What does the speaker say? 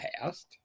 past